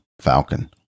Falcon